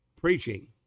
preaching